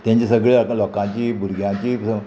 तेंचे सगळे आतां लोकांची भुरग्यांची